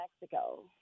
Mexico